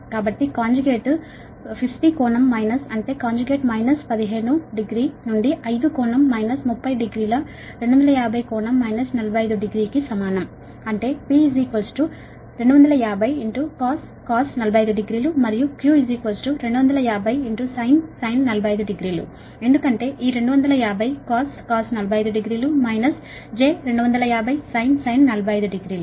కాబట్టి కాంజుగేట్ 50 కోణం మైనస్ అంటే కాంజుగేట్ మైనస్ 150 డిగ్రీ నుండి 50 కోణం మైనస్ 300 డిగ్రీ 250 కోణం మైనస్ 45 డిగ్రీ కి సమానం అంటే P 250 cos 450 మరియు Q 250 sin 450 ఎందుకంటే ఈ 250 cos 450 j250sin 450